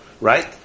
Right